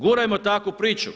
Gurajmo takvu priču.